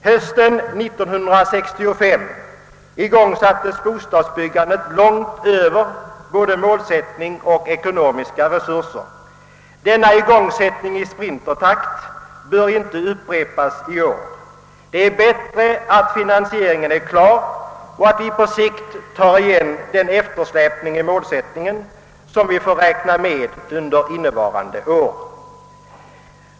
Hösten 1965 igångsattes ett bostadsbyggande som låg långt över både målsättning och ekonomiska resurser. Denna igångsättning i sprintertakt bör inte upprepas. Det är bättre att ha finansieringen klar och att vi på sikt tar igen den eftersläpning i målsättningen som vi får räkna med under innevarande år.